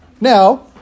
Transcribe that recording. Now